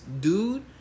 dude